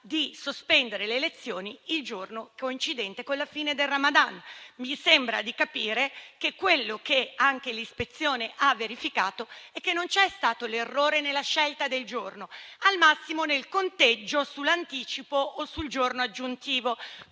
di sospendere le lezioni il giorno coincidente con la fine del Ramadan. Mi sembra di capire anche che l'ispezione ha verificato che non c'è stato un errore nella scelta del giorno, ma, al massimo, nel conteggio dell'anticipo o del giorno aggiuntivo.